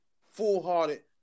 full-hearted